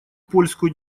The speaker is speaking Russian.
польскую